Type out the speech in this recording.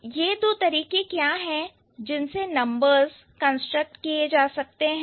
तो यह दो तरीके क्या हैं जिनसे नंबर्स कंस्ट्रक्ट किए जा सकते हैं